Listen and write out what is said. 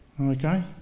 Okay